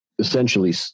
essentially